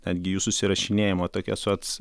atgijus susirašinėjimo tokia su ats